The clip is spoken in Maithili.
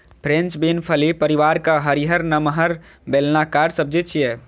फ्रेंच बीन फली परिवारक हरियर, नमहर, बेलनाकार सब्जी छियै